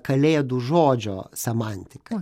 kalėdų žodžio semantiką